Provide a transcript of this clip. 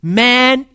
man